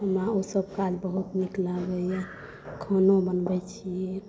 हमरा ओसब काज बहुत नीक लागैए खानो बनबै छी